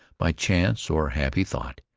by chance, or happy thought,